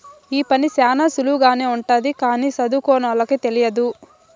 ఈ పని శ్యానా సులువుగానే ఉంటది కానీ సదువుకోనోళ్ళకి తెలియదు